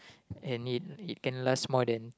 and it it can last more than